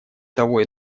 того